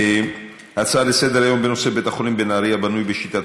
הצעה לסדר-היום בנושא: בית החולים בנהריה בנוי בשיטת